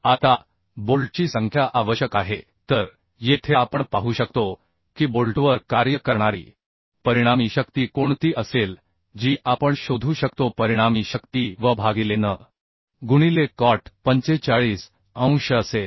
आता बोल्टची संख्या आवश्यक आहे तर येथे आपण पाहू शकतो की बोल्टवर कार्य करणारी परिणामी शक्ती कोणती असेल जी आपण शोधू शकतो परिणामी शक्ती V भागिले N गुणिले cot 45 अंश असेल